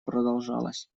продолжалась